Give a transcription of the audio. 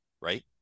right